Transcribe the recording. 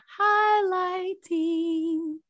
highlighting